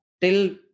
till